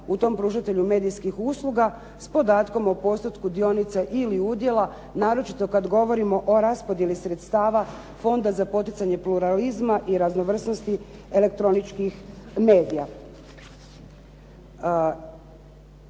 u tom pružatelju medijskih usluga s podatkom o postotku dionica ili udjela naročito kad govorimo o raspodjeli sredstava Fonda za poticanje pluralizma i raznovrsnosti elektroničkih medija.